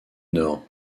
nord